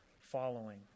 following